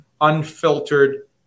unfiltered